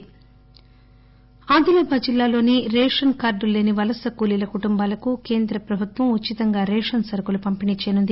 ఆత్మ నిర్బర్ అదిలాబాద్ జిల్లాలోని రేషన్ కార్డులు లేని వలస కూలీల కుటుంబాలకు కేంద్ర ప్రభుత్వం ఉచితంగా రేషన్ సరకులు పంపిణి చేయనుంది